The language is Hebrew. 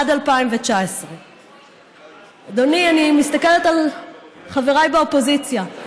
עד 2019. אדוני, אני מסתכלת על חבריי באופוזיציה.